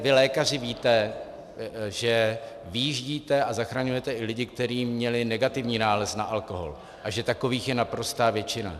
Vy lékaři víte, že vyjíždíte a zachraňujete i lidi, kteří měli negativní nález na alkohol, a že takových je naprostá většina.